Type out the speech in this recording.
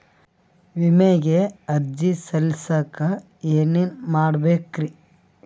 ವಿಮೆಗೆ ಅರ್ಜಿ ಸಲ್ಲಿಸಕ ಏನೇನ್ ಮಾಡ್ಬೇಕ್ರಿ?